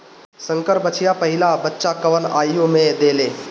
संकर बछिया पहिला बच्चा कवने आयु में देले?